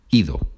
ido